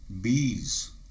bees